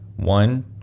One